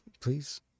Please